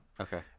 Okay